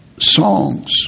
songs